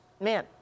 Man